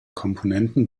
komponenten